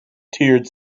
tiered